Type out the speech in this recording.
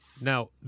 Now